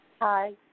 Hi